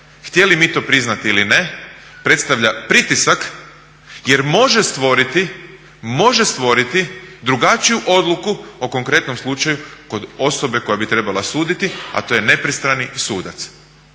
htjeli mi to priznati ili ne predstavlja pritisak jer može stvoriti drugačiju odluku o konkretnom slučaju kod osobe koja bi trebala suditi a to je nepristrani sudac.